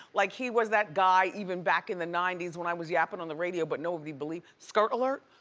like he was that guy even back in the ninety s when i was yappin on the radio but nobody believed, skirt alert?